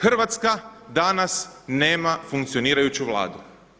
Hrvatska danas nema funkcionirajući Vladu.